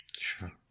Sure